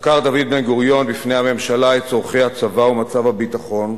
סקר דוד בן-גוריון בפני הממשלה את צורכי הצבא ומצב הביטחון,